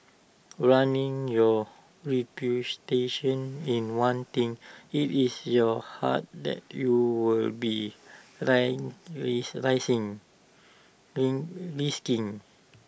running your reputation is one thing IT is your heart that you will be dying with risking